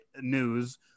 news